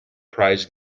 prize